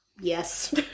Yes